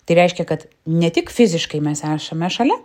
tai reiškia kad ne tik fiziškai mes esame šalia